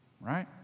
right